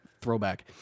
Throwback